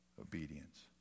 obedience